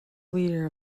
leader